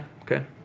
Okay